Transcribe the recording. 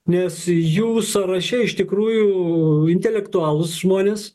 nes jų sąraše iš tikrųjų intelektualūs žmonės